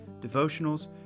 devotionals